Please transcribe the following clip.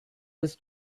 was